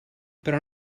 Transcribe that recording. però